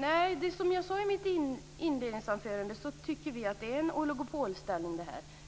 Nej, som jag sade i mitt inledningsanförande så tycker vi att det råder en oligopolställning,